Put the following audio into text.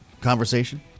conversation